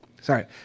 Sorry